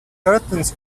curtains